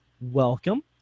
welcome